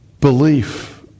belief